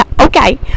okay